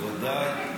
בוודאי,